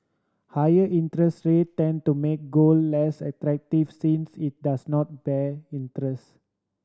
higher interest rate tend to make gold less attractive since it does not bear interest